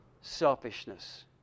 selfishness